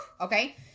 Okay